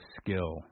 skill